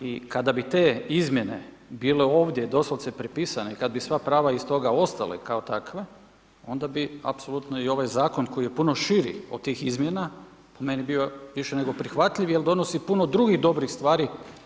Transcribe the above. I kada bi te izmjene bile ovdje doslovce prepisane i kada bi sva prava iz toga ostale kao takve, onda bi apsolutno i ovaj zakon koji je puno širi od tih izmjena po meni bio više nego prihvatljiv jer donosi puno drugih dobrih stvari.